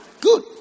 Good